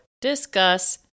discuss